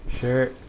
Sure